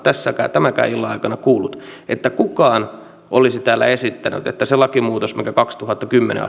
tämänkään illan aikana kuullut että kukaan olisi täällä esittänyt että se lakimuutos mikä kaksituhattakymmenen